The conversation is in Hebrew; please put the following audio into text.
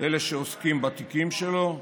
של אלה שעוסקים בתיקים שלו,